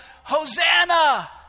Hosanna